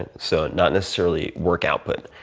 and so not necessarily work output,